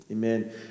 Amen